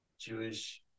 jewish